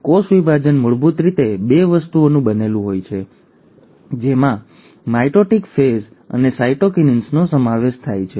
તેથી કોષ વિભાજન મૂળભૂત રીતે બે વસ્તુઓનું બનેલું છે તેમાં માઇટોટિક ફેઝ અને સાયટોકિન્સિસનો સમાવેશ થાય છે